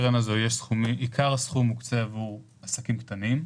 עיקר הסכום מוקצה עבור עסקים קטנים,